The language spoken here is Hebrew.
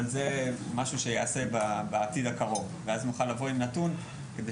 אבל זה משהו שיעשה בעתיד הקרוב ואז נוכל לבוא עם נתון כדי